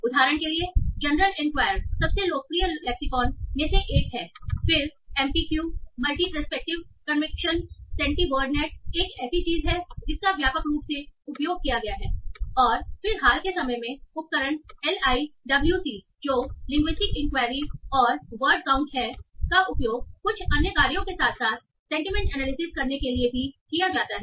उदाहरण के लिए जनरल इंक्वायरर सबसे लोकप्रिय लेक्सिकॉन में से एक हैफिर M P Q multi perspective question SentiWordNet एक ऐसी चीज है जिसका व्यापक रूप से उपयोग किया गया हैऔर फिर हाल के समय में उपकरण एलआईडब्लूसी जो लिंग्विस्टिक इंक्वायरी और वर्ड काउंट है का उपयोग कुछ अन्य कार्यों के साथ साथ सेंटीमेंट एनालिसिस करने के लिए भी किया जाता है